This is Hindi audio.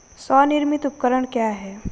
स्वनिर्मित उपकरण क्या है?